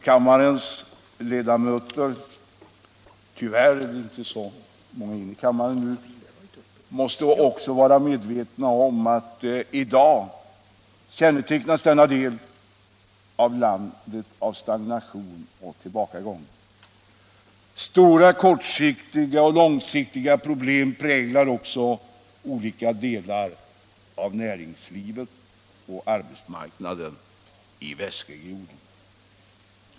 Kammarens ledamöter måste också vara medvetna om att i dag kännetecknas denna del av landet av stagnation och tillbakagång. Stora kortsiktiga och långsiktiga problem präglar också olika delar av näringslivet och arbetsmarknaden i västregionen.